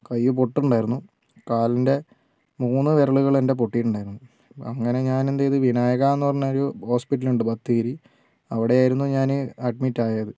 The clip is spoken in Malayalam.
കൈ പൊട്ടുണ്ടായിരുന്നു കാലിന്റെ മൂന്നു വിരലുകൾ എന്റെ പൊട്ടിയിട്ടുണ്ടായിരുന്നു അങ്ങനെ ഞാൻ എന്ത് ചെയ്തു വിനായകയെന്ന് പറഞ്ഞൊരു ഹോസ്പിറ്റലുണ്ട് ബത്തേരി അവിടെയായിരുന്നു ഞാൻ അഡ്മിറ്റ് ആയത്